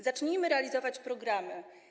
Zacznijmy realizować programy.